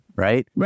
Right